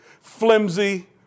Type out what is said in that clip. flimsy